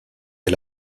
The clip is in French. est